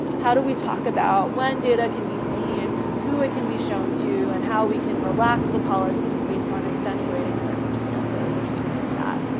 how do we talk about when data can be seen? who it can be shown to and how we can relax the policies based on extenuating circumstances or something like that.